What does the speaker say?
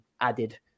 added